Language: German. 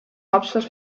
hauptstadt